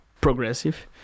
progressive